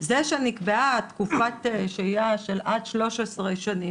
זה שנקבעה תקופת שהיה של עד 13 שנים,